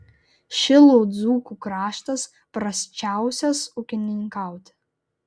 šilų dzūkų kraštas prasčiausias ūkininkauti